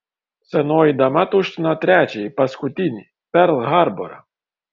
senoji dama tuštino trečiąjį paskutinį perl harborą